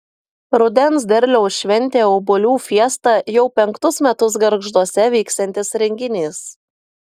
rudens derliaus šventė obuolių fiesta jau penktus metus gargžduose vyksiantis renginys